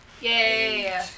Yay